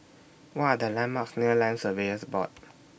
What Are The landmarks near Land Surveyors Board